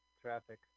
traffic